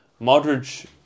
Modric